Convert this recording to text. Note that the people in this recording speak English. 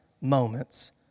moments